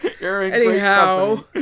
Anyhow